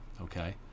Okay